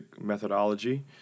methodology